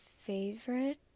favorite